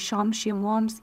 šioms šeimoms